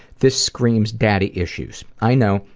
this screams daddy issues. i know,